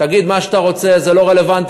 תגיד מה שאתה רוצה, זה לא רלוונטי.